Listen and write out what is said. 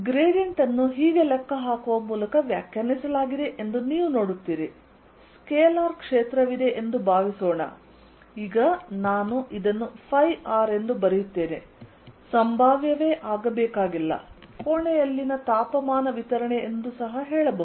gradient ಅನ್ನು ಹೀಗೆ ಲೆಕ್ಕಹಾಕುವ ಮೂಲಕ ವ್ಯಾಖ್ಯಾನಿಸಲಾಗಿದೆ ಎಂದು ನೀವು ನೋಡುತ್ತೀರಿ ಸ್ಕೇಲಾರ್ ಕ್ಷೇತ್ರವಿದೆ ಎಂದು ಭಾವಿಸೋಣ ಈಗ ನಾನು ಇದನ್ನು ಫೈ ಆರ್ ಎಂದು ಬರೆಯುತ್ತೇನೆ ಸಂಭಾವ್ಯವೇ ಆಗಬೇಕಾಗಿಲ್ಲ ಕೋಣೆಯಲ್ಲಿ ತಾಪಮಾನ ವಿತರಣೆ ಎಂದು ಹೇಳಬಹುದು